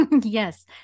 Yes